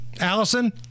Allison